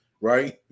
right